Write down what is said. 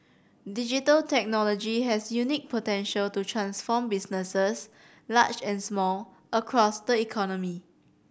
digital technology has unique potential to transform businesses large and small across the economy